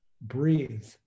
breathe